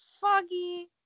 foggy